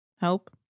help